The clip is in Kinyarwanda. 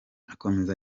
akomeza